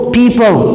people